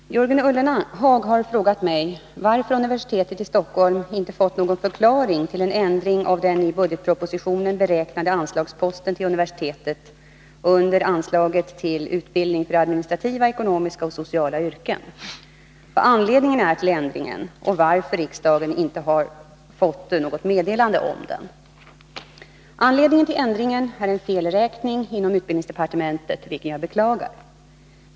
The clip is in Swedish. Herr talman! Jörgen Ullenhag har frågat mig varför universitetet i Stockholm inte har fått någon förklaring till en ändring av den i budgetpropositionen beräknade anslagsposten till universitetet under anslaget till Utbildning för administrativa, ekonomiska och sociala yrken, vad anledningen är till ändringen och varför riksdagen inte har fått något meddelande om den. Anledningen till ändringen är en felräkning inom utbildningsdepartementet, vilken jag beklagar.